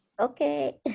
Okay